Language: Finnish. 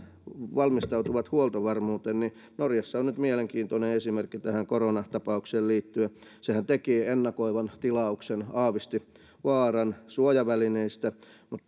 valmistautuvat huoltovarmuuteen norjassa on nyt mielenkiintoinen esimerkki tähän koronatapaukseen liittyen sehän teki ennakoivan tilauksen aavisti vaaran suojavälineistä mutta